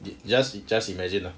you just you just imagine lah